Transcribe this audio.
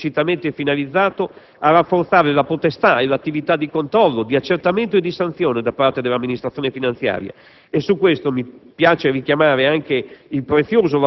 Un secondo insieme di provvedimenti è esplicitamente finalizzato a rafforzare la potestà e l'attività di controllo, di accertamento e di sanzione da parte dell'Amministrazione finanziaria.